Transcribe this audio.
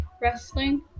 wrestling